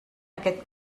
aquest